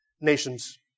Nations